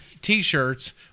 T-shirts